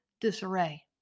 disarray